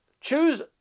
choose